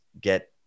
get